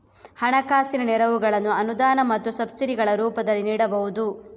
ಹಣಕಾಸಿನ ನೆರವುಗಳನ್ನು ಅನುದಾನ ಮತ್ತು ಸಬ್ಸಿಡಿಗಳ ರೂಪದಲ್ಲಿ ನೀಡಬಹುದು